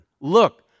Look